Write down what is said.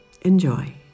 Enjoy